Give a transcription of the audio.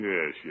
Yes